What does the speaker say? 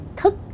thức